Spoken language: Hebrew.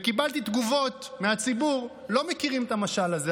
וקיבלתי תגובות מהציבור: לא מכירים את המשל הזה.